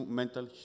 mental